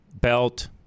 Belt